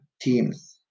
teams